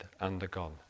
undergone